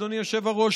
אדוני היושב-ראש,